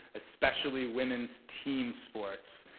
especially women's team sports.